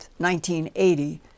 1980